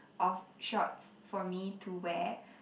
of shorts for me to wear